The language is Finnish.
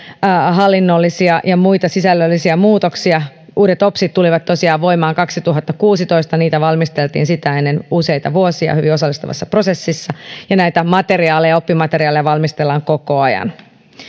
hallinnollisia ja muita sisällöllisiä muutoksia uudet opsit tulivat tosiaan voimaan kaksituhattakuusitoista niitä valmisteltiin sitä ennen useita vuosia hyvin osallistavassa prosessissa ja näitä oppimateriaaleja valmistellaan koko ajan